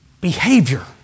behavior